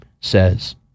says